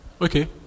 Okay